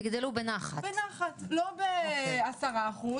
לפנינו שבוע עמוס.